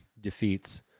defeats